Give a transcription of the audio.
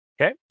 Okay